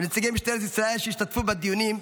ונציגי משטרת ישראל שהשתתפו בדיונים,